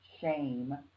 shame